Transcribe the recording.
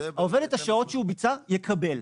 העובד את השעות שהוא ביצע יקבל.